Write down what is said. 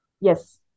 Yes